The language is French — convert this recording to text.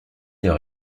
leur